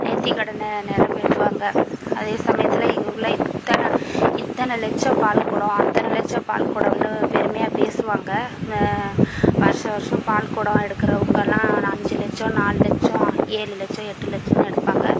நேர்த்திக்கடன நிறைவேத்துவாங்க அதே சமயத்தில் எங்கள் ஊரில் இத்தனை இத்தனை லட்சம் பால்குடம் அத்தனை லட்சம் பால்குடம்னு பெருமையாக பேசுவாங்க வருஷம் வருஷம் பால்குடம் எடுக்கிறவங்கலாம் அஞ்சு லட்சம் நாலு லட்சம் ஏழு லட்சம் எட்டு லட்சம் எடுப்பாங்க